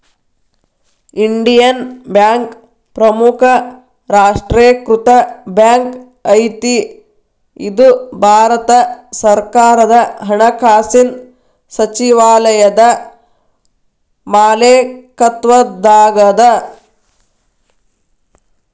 Indian bank ಪ್ರಮುಖ ರಾಷ್ಟ್ರೇಕೃತ bank ಐತಿ ಇದು ಭಾರತ ಸರ್ಕಾರದ ಹಣಕಾಸಿನ್ ಸಚಿವಾಲಯದ ಮಾಲೇಕತ್ವದಾಗದ